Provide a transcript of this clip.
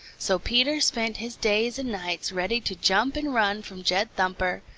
so peter spent his days and nights ready to jump and run from jed thumper,